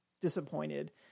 disappointed